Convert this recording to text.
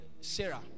Sarah